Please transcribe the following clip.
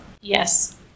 Yes